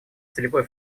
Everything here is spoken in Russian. целевой